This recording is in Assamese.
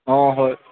অঁ হয়